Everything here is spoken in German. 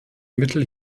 mittel